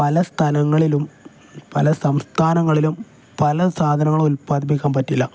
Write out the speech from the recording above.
പല സ്ഥലങ്ങളിലും പല സംസ്ഥാനങ്ങളിലും പല സാധനങ്ങളും ഉൽപാദിപ്പിക്കാൻ പറ്റില്ല